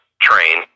train